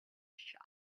shop